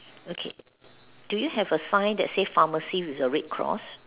okay do you have a sign that says pharmacy with a red cross